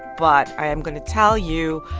but i am going to tell you,